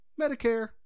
Medicare